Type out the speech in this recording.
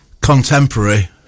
contemporary